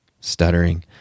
stuttering